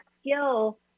skill